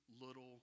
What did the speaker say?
little